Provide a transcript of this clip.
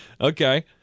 Okay